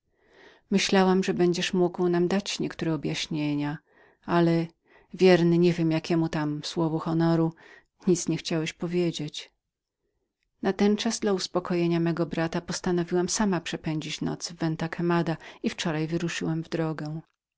myślałam że będziesz mógł nam dać niektóre objaśnienia ale wierny niewiem jakiemu tam słowu honoru nic nie chciałeś powiedzieć natenczas dla usłużenia i uspokojenia mego brata postanowiłam sama przepędzić noc w venta quemadaventa quemada i wczoraj wyruszyłam w drogę